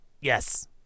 Yes